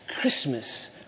Christmas